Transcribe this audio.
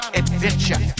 adventure